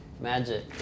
Magic